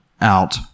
out